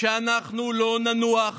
שאנחנו לא ננוח